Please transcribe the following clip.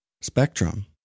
spectrum